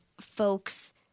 folks